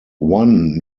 one